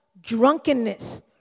drunkenness